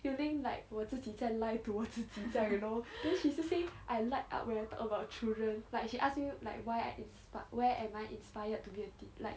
you think like 我自己在 lie to 我自己这样 you know then she still say I light up when I talk about children like she ask you like why I inspi~ where I am I inspired to be a tea~ like